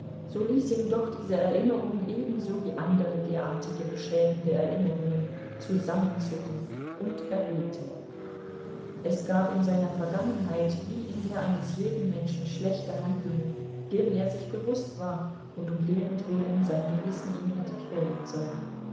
so ließ ihn doch diese erinnerung ebenso wie andere derartige beschämende erinnerungen zusammenzucken und erröten es gab in seiner vergangenheit wie in der eines jeden menschen schlechte handlungen deren er sich bewußt war und um derentwillen sein gewissen ihn hätte quälen sollen